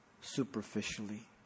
superficially